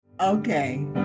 Okay